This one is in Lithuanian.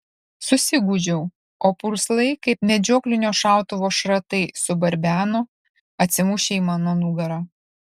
susigūžiau o purslai kaip medžioklinio šautuvo šratai subarbeno atsimušę į mano nugarą